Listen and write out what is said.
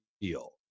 deal